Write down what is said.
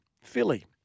Philly